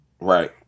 Right